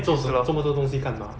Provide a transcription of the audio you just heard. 就是 lor